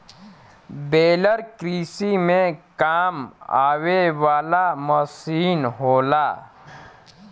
baler कृषि में काम आवे वाला मसीन होला